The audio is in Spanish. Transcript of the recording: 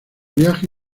viaje